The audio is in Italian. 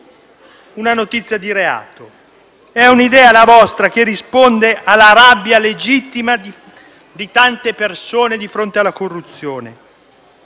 una notizia di reato? È un'idea, la vostra, che risponde alla rabbia legittima di tante persone di fronte alla corruzione,